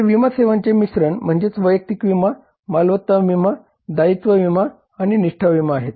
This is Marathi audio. तर विमा सेवांचे मिश्रण म्हणजे वैयक्तिक विमा मालमत्ता विमा दायित्व विमा आणि निष्ठा विमा हे आहेत